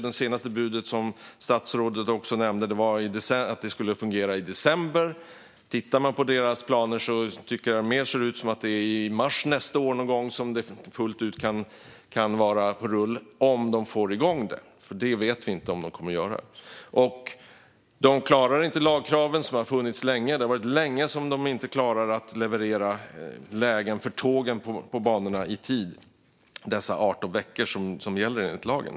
Det senaste budet, som statsrådet också nämnde, var att det skulle fungera i december. Tittar man på Trafikverkets planer tycker jag att det mer ser ut som att det är först i mars nästa år som systemet fullt ut kan vara på rull, om de får igång det, vilket vi inte vet. De klarar inte lagkraven som har funnits länge. Under lång tid har de inte klarat att leverera lägen för tågen på banorna i tid. Det är 18 veckor som gäller enligt lag.